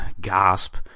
gasp